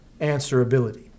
answerability